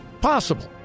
Possible